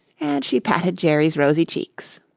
and she patted jerry's rosy cheeks.